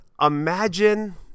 imagine